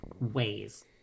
ways